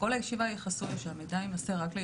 הרעיון של